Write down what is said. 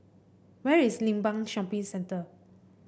where is Limbang Shopping Centre